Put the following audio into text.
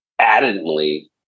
adamantly